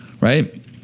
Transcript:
right